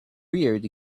reared